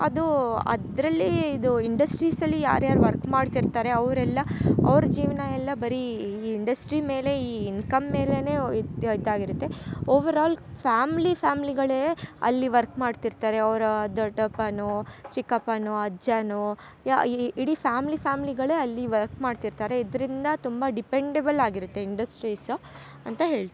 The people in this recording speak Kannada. ಅದು ಅದರಲ್ಲಿ ಇದು ಇಂಡಸ್ಟ್ರೀಸ್ ಅಲ್ಲಿ ಯಾರ್ಯಾರು ವರ್ಕ್ ಮಾಡ್ತಿರ್ತಾರೆ ಅವರೆಲ್ಲ ಅವ್ರ ಜೀವನಯಲ್ಲ ಬರೀ ಇಂಡಸ್ಟ್ರಿ ಮೇಲೆ ಈ ಇನ್ಕಮ್ ಮೇಲೆ ಒ ಇದು ಇದ್ದಾಗಿರುತ್ತೆ ಓವರ್ ಆಲ್ ಫ್ಯಾಮ್ಲಿ ಫ್ಯಾಮ್ಲಿಗಳೇ ಅಲ್ಲಿ ವರ್ಕ್ ಮಾಡ್ತಿರ್ತಾರೆ ಅವರ ದೊಡ್ಡಪ್ಪನೋ ಚಿಕ್ಕಪ್ಪನೋ ಅಜ್ಜನೋ ಯಾ ಇಡಿ ಫ್ಯಾಮ್ಲಿ ಫ್ಯಾಮ್ಲಿಗಳೆ ಅಲ್ಲಿ ವರ್ಕ್ ಮಾಡ್ತಿರ್ತಾರೆ ಇದರಿಂದ ತುಂಬ ಡಿಪೆಂಡೇಬಲ್ ಆಗಿರುತ್ತೆ ಇಂಡಸ್ಟ್ರೀಸ್ ಅಂತ ಹೇಳ್ತಿನಿ